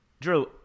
drew